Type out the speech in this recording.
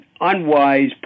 unwise